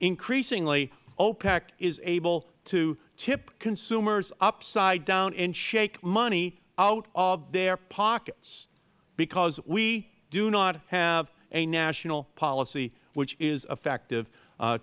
increasingly opec is able to tip consumers upside down and shake money out of their pockets because we do not have a national policy which is effective